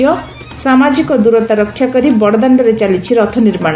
ସାମାଜିକ ଦୂରତା ରକ୍ଷା କରି ବଡଦାଶ୍ଡରେ ଚାଲିଛି ରଥନିର୍ମାଣ